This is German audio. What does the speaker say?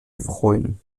freuen